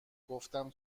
گفتم